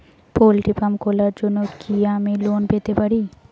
Poultry farm খোলার জন্য কি আমি লোন পেতে পারি?